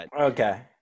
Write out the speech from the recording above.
Okay